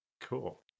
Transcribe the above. Cool